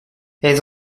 elles